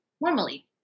normally